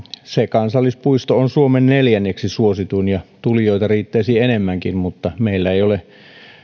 se kansallispuisto on suomen neljänneksi suosituin ja tulijoita riittäisi enemmänkin mutta meillä ei ole